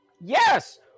Yes